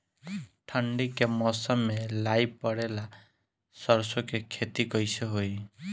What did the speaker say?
ठंडी के मौसम में लाई पड़े ला सरसो के खेती कइसे होई?